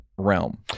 realm